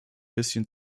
bisschen